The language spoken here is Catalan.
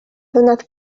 donat